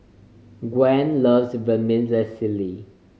Gwen loves Vermicelli